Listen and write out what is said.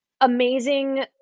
amazing